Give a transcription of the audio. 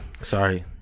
Sorry